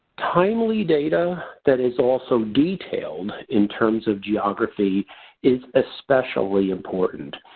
timely data that is also detailed in terms of geography is especially important.